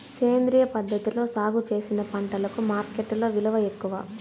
సేంద్రియ పద్ధతిలో సాగు చేసిన పంటలకు మార్కెట్టులో విలువ ఎక్కువ